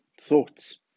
thoughts